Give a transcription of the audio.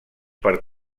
per